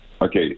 Okay